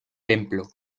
templo